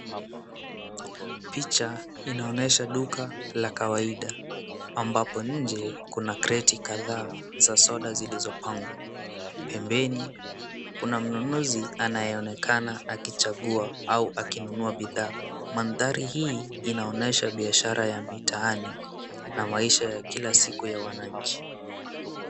Picha inaonyesha duka la kawaida, ambapo nje kuna kreti kadhaa za soda zilizopangwa. Pembeni, kuna mnunuzi anayeonekana akichagua au akinunua bidhaa. mandhari hii inaonyesha biashara ya mitaani na maisha ya kila siku ya wananchi.